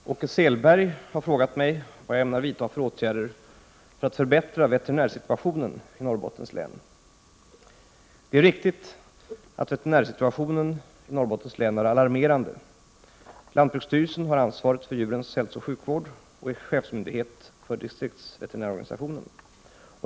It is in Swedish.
Herr talman! Åke Selberg har frågat mig vad jag ämnar vidta för åtgärder för att förbättra veterinärsituationen i Norrbottens län. Det är riktigt att veterinärsituationen i Norrbottens län är alarmerande. Lantbruksstyrelsen har ansvaret för djurens hälsooch sjukvård och är chefsmyndighet för distriktsveterinärorganisationen.